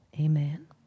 amen